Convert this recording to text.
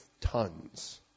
tons